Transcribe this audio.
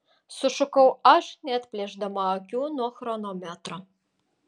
sušukau aš neatplėšdama akių nuo chronometro